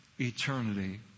eternity